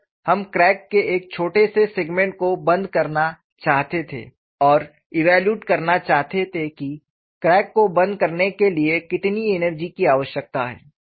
और हम क्रैक के एक छोटे से सेगमेंट को बंद करना चाहते थे और इव्यालूएट करना चाहते थे कि क्रैक को बंद करने के लिए कितनी एनर्जी की आवश्यकता है